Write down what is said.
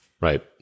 right